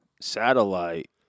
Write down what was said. satellite